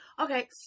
Okay